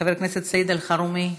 חבר הכנסת סעיד אלחרומי,